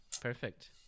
perfect